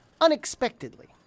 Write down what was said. unexpectedly